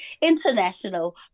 international